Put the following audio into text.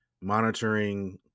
monitoring